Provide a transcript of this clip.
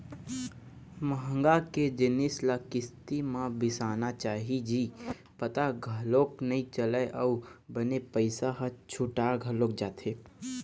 महँगा के जिनिस ल किस्ती म बिसाना चाही जी पता घलोक नइ चलय अउ बने पइसा ह छुटा घलोक जाथे